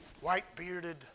White-bearded